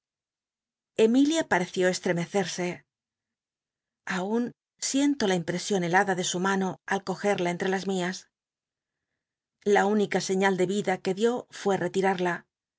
emilia pareció estrcmccerse aun siento la impl'csion helada de su mano al co ocl'la entre las mias j a única señal de riela que dió fué rctiml'la